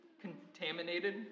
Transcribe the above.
contaminated